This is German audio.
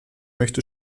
möchte